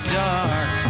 dark